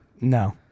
No